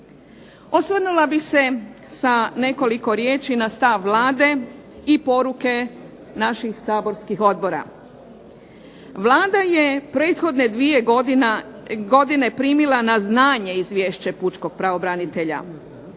Osvrnula bih se sa nekoliko riječi na stav Vlade i poruke naših saborskih odbora. Vlada je prethodne dvije godine primila na znanje izvješće pučkog pravobranitelja.